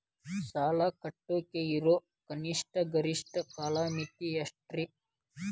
ಸಾಲ ಕಟ್ಟಾಕ ಇರೋ ಕನಿಷ್ಟ, ಗರಿಷ್ಠ ಕಾಲಮಿತಿ ಎಷ್ಟ್ರಿ?